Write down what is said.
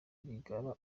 rwigara